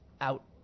out